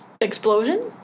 Explosion